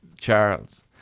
Charles